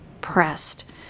pressed